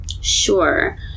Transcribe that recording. sure